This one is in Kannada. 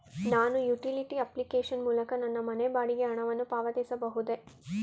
ನಾನು ಯುಟಿಲಿಟಿ ಅಪ್ಲಿಕೇಶನ್ ಮೂಲಕ ನನ್ನ ಮನೆ ಬಾಡಿಗೆ ಹಣವನ್ನು ಪಾವತಿಸಬಹುದೇ?